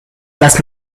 last